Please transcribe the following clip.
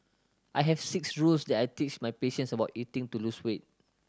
I have six rules that I teach my patients about eating to lose weight